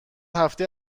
هفته